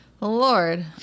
Lord